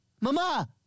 Mama